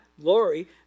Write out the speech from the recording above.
glory